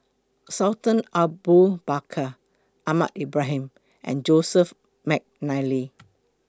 Sultan Abu Bakar Ahmad Ibrahim and Joseph Mcnally